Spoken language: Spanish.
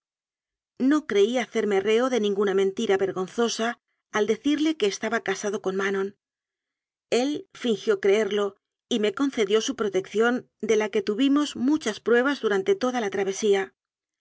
no creí hacerme reo de ninguna mentira vergonzosa al decirle que estaba casado con ma non el fingió creerlo y me concedió su protección de la que tuvimos muchas pruebas durante toda la travesía